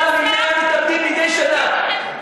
למעלה מ-100 מתאבדים מדי שנה.